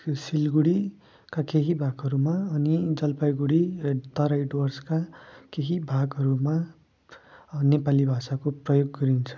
सिलगढीका केही भागहरूमा अनि जलपाइगढी र तराई डुवर्सका केही भागहरूमा नेपाली भाषाको प्रयोग गरिन्छ